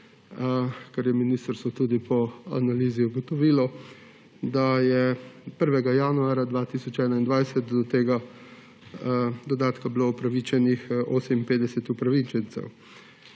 kar je ministrstvo tudi po analizi ugotovilo, da je 1. januarja 2021 do tega dodatka bilo upravičenih 58 upravičencev.